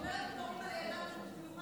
אני אומרת את זה בתור אימא לילדה בחינוך מיוחד.